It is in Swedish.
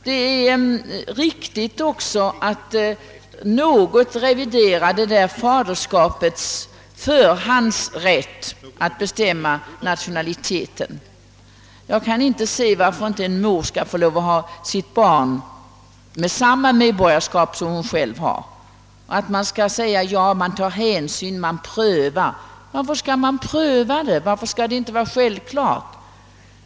Det måste vara riktigt att något revidera faderskapets förhandsrätt att bestämma nationaliteten. Jag kan inte inse att ett barn inte skulle ha rätt till samma medborgarskap som modern. Varför skall man pröva detta? Varför skall det inte vara självklart?